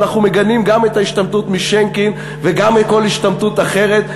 ואנחנו מגנים גם את ההשתמטות משינקין וגם כל השתמטות אחרת.